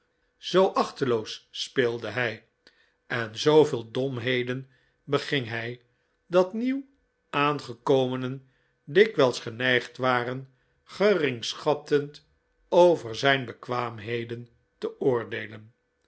zoo achteloos speelde hij en zooveel domheden beging hij dat nieuw aangekomenen dikwijls geneigd waren geringschattend over zijn bekwaamheden te oordeelen